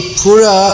pura